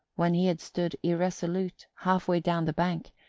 when he had stood irresolute, halfway down the bank,